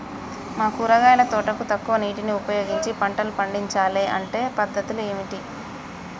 మా కూరగాయల తోటకు తక్కువ నీటిని ఉపయోగించి పంటలు పండించాలే అంటే పద్ధతులు ఏంటివి?